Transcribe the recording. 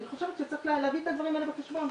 אני חושבת שצריך להביא את הדברים האלה בחשבון.